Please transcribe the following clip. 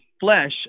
flesh